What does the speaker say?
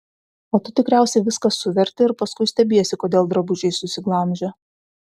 o tu tikriausiai viską suverti ir paskui stebiesi kodėl drabužiai susiglamžę